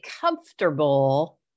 comfortable